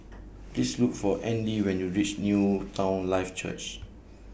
This Look For Andy when YOU REACH Newton Life Church